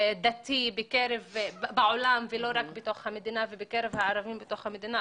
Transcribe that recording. דתי בעולם ולא רק בתוך המדינה ובקרב הערבים במדינה.